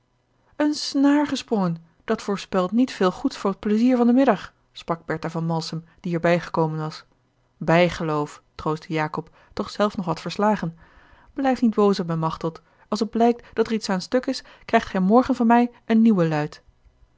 eene snaar gesprongen dat voorspelt niet veel goeds voor t pleizier van den middag sprak bertha van malsem die er bij gekomen was a l g bosboom-toussaint de delftsche wonderdokter eel ijgeloof troostte jacob toch zelf nog wat verslagen blijf niet boos op mij machteld als het blijkt dat er iets aan stuk is krijgt gij morgen van mij eene nieuwe luit